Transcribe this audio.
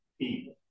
people